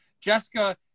Jessica